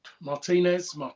Martinez